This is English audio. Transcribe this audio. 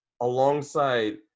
alongside